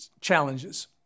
challenges